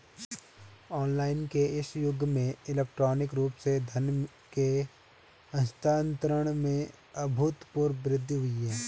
online के इस युग में इलेक्ट्रॉनिक रूप से धन के हस्तांतरण में अभूतपूर्व वृद्धि हुई है